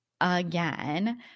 again